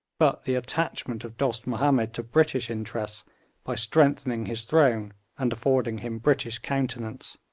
but the attachment of dost mahomed to british interests by strengthening his throne and affording him british countenance.